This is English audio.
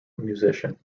musician